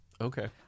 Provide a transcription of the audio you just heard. okay